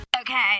Okay